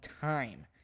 time